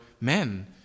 men